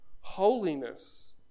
holiness